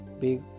big